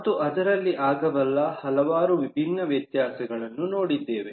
ಮತ್ತು ಅದರಲ್ಲಿ ಆಗಬಲ್ಲ ಹಲವಾರು ವಿಭಿನ್ನ ವ್ಯತ್ಯಾಸಗಳನ್ನು ನೋಡಿದ್ದೇವೆ